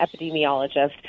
epidemiologist